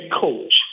coach